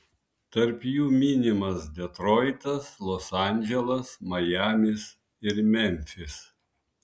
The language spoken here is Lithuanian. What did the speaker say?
tarp jų minimas detroitas los andželas majamis ir memfis